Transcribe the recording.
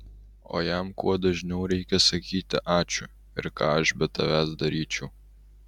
o jam kuo dažniau reikia sakyti ačiū ir ką aš be tavęs daryčiau